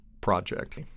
project